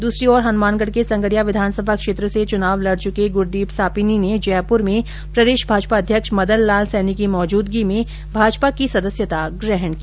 दूसरी ओर हनुमानगढ के संगरिया विधानसभा क्षेत्र से चुनाव लड़ चुके गुरदीप सापिनी ने जयपुर में प्रदेश भाजपा अध्यक्ष मदन लाल सैनी की मौजूदगी में भाजपा की सदस्यता ग्रहण की